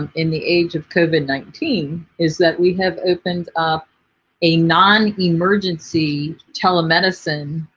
um in the age of covid nineteen is that we have opened up a non emergency telemedicine